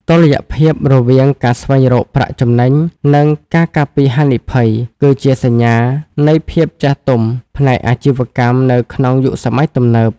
តុល្យភាពរវាង "ការស្វែងរកប្រាក់ចំណេញ" និង "ការការពារហានិភ័យ" គឺជាសញ្ញានៃភាពចាស់ទុំផ្នែកអាជីវកម្មនៅក្នុងយុគសម័យទំនើប។